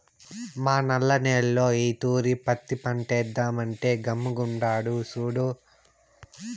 మా నల్ల నేల్లో ఈ తూరి పత్తి పంటేద్దామంటే గమ్ముగుండాడు సూడు